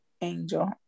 Angel